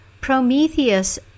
Prometheus